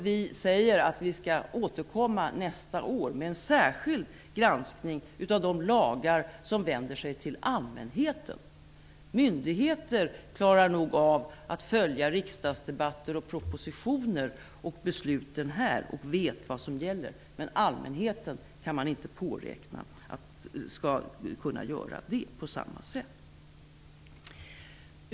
Vi säger att vi skall återkomma nästa år med en särskild granskning av de lagar som vänder sig till allmänheten. Myndigheter klarar nog av att följa riksdagsdebatter, propositioner och riksdagens beslut och de vet vad som gäller. Men man kan inte påräkna att allmänheten skall kunna göra det på samma sätt.